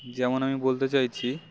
যেমন আমি বলতে চাইছি